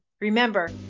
remember